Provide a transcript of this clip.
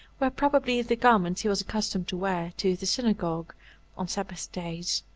were probably the garments he was accustomed to wear to the synagogue on sabbath days.